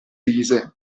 rise